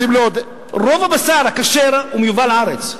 רוצים לעודד, רוב הבשר הכשר מיובא לארץ.